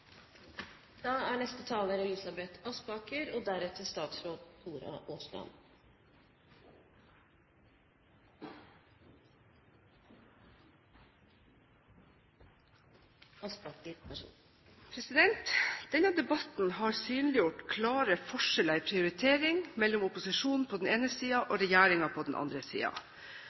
Denne debatten har synliggjort klare forskjeller i prioritering mellom opposisjonen på den ene siden og regjeringen på den andre